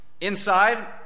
Inside